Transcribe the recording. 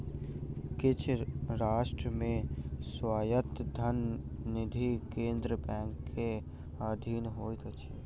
किछ राष्ट्र मे स्वायत्त धन निधि केंद्रीय बैंक के अधीन होइत अछि